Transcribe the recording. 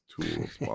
tools